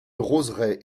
roseraie